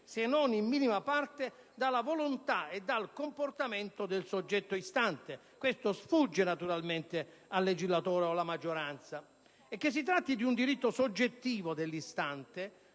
se non in minima parte, dalla volontà e dal comportamento del soggetto istante. Ciò sfugge al legislatore o alla maggioranza. E, che si tratti di un diritto soggettivo dell'istante,